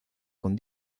con